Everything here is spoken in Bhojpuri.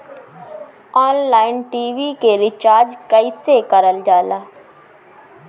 ऑनलाइन टी.वी के रिचार्ज कईसे करल जाला?